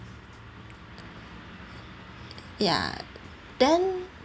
ya then